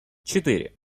четыре